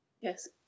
Yes